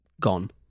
gone